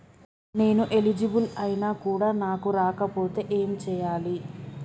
నేను ఎలిజిబుల్ ఐనా కూడా నాకు రాకపోతే ఏం చేయాలి?